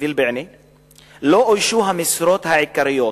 ובענה לא אוישו המשרות העיקריות,